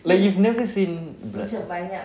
like you've never seen blood